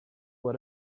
what